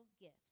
gifts